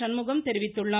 சண்முகம் தெரிவித்துள்ளார்